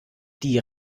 die